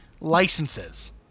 licenses